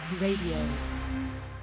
RADIO